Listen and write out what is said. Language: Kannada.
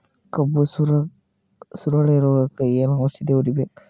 ಕಬ್ಬು ಸುರಳೀರೋಗಕ ಏನು ಔಷಧಿ ಹೋಡಿಬೇಕು?